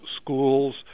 schools